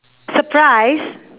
surprise